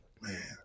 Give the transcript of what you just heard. man